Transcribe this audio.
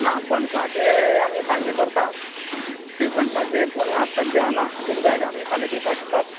ना पणसाचे आमी सांडगे करतात निरपणसाचे पूण आत् सद्या ना तुका जाय जाल्यार आमी फाल्यां दिवपाक शकतात